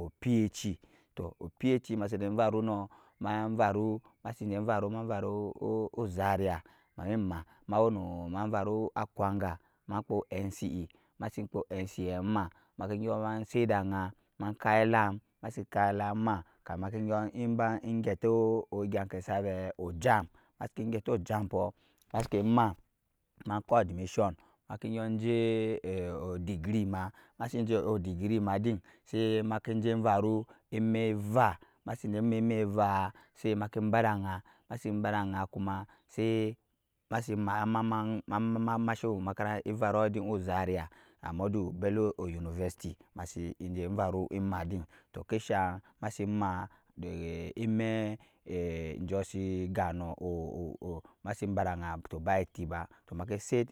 O phɛ yeci tɔɔ o phɛ yeci masi nɛ varu nɔɔ ma varu ozaria mamima mavaru akwango ma kpa ncɛ ma si kpa ncɛ ma kimba sɛt da aja ma kap elam masi kap elam ma kamin maki. gyɔm ba pamba gɛta egyak kɛ sa vɛ ojamb masiki gyɛta ojamb pɔɔ ma ma sa kɛ kɔɔ admissin makɛn ba de odegree ma ma sɛ jɛ odegree ma din sai makin jɛ ma faru emɛ eva ma kin badaga sa ma. masha evaru din ozaria ahmadu bello university ma sin jɛ ema din tɔo ke shang ma si ma emɛ enjɔɔ si gan ma sin badaga tɔɔ ba etɛ ba ma kin set